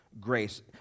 grace